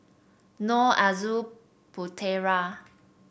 Nor Aizat Putera